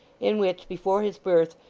in which, before his birth,